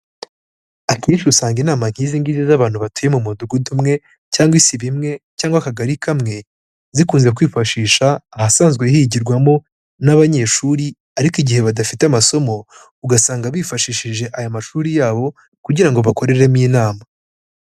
Akenshi usanga inama nk'izi ngizi z'abantu batuye mu Mudugudu umwe, cyangwa Isibo imwe, cyangwa Akagari kamwe, zikunze kwifashisha, ahasanzwe higirwamo n'abanyeshuri ariko igihe badafite amasomo, ugasanga bifashishije aya mashuri yabo kugira ngo bakoreremo inama.